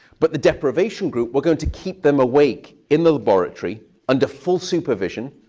but the deprivation group, we're going to keep them awake in the laboratory under full supervision.